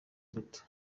mbuto